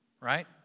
Right